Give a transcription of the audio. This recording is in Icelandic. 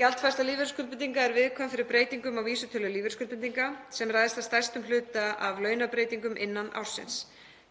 Gjaldfærsla lífeyrisskuldbindinga er viðkvæm fyrir breytingum á vísitölu lífeyrisskuldbindinga, sem ræðst að stærstum hluta af launabreytingum innan ársins.